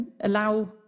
allow